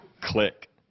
Click